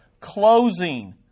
closing